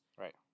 Right